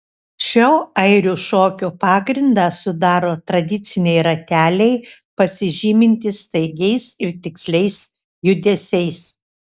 šio airių šokio pagrindą sudaro tradiciniai rateliai pasižymintys staigiais ir tiksliais judesiais